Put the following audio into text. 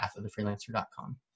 pathofthefreelancer.com